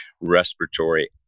respiratory